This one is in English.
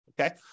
Okay